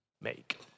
make